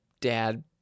dad